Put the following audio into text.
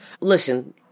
listen